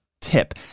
tip